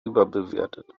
überbewertet